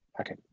Okay